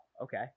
okay